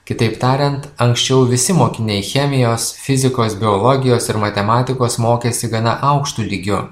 kitaip tariant anksčiau visi mokiniai chemijos fizikos biologijos ir matematikos mokėsi gana aukštu lygiu